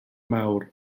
mawr